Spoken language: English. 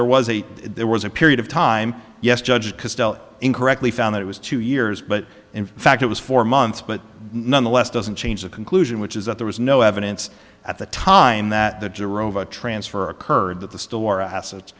there was a there was a period of time yes judge cristol incorrectly found that it was two years but in fact it was four months but nonetheless doesn't change the conclusion which is that there was no evidence at the time that the transfer occurred that the store assets